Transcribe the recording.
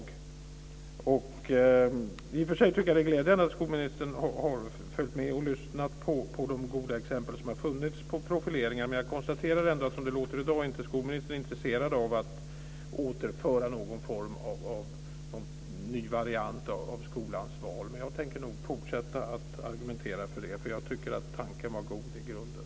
Det är i och för sig glädjande att skolministern har följt med och lyssnat på de goda exempel på profileringar som har funnits. Jag konstaterar ändå att skolministern, som det låter i dag, inte är intresserad av att återföra någon ny variant av skolans val. Men jag tänker fortsätta att argumentera för det, för jag tycker att tanken var god i grunden.